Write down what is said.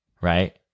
right